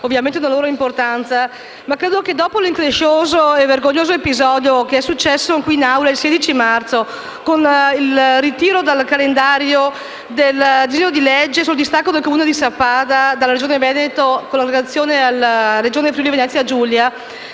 ovviamente una loro importanza), dopo l'increscioso e vergognoso episodio verificatosi qui in Aula il 16 marzo con il ritiro dal calendario del disegno di legge sul distacco del Comune di Sappada dalla Regione Veneto e la sua aggregazione alla Regione Friuli-Venezia Giulia,